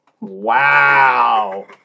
Wow